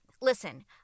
Listen